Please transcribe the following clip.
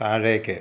താഴേക്ക്